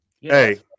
Hey